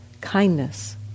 kindness